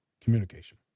Communication